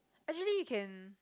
actually you can